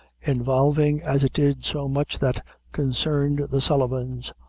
involving as it did so much that concerned the sullivans,